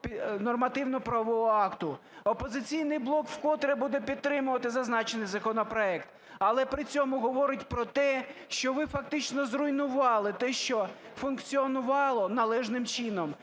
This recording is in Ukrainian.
нормативно-правового акту. "Опозиційний блок" вкотре буде підтримувати зазначений законопроект, але при цьому говорить про те, що ви фактично зруйнували те, що функціонувало належним чином,